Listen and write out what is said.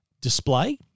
display